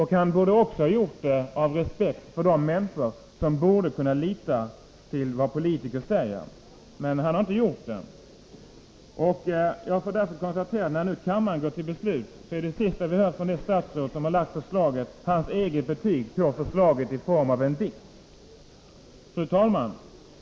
Han borde också ha gjort det av respekt för de människor som borde kunna lita till vad politiker säger. Men han har inte gjort det. Jag får därför konstatera att när nu kammaren går till beslut, är det sista vi hör från det statsråd som har lagt fram förslaget hans eget betyg på förslaget i form av en dikt. Fru talman!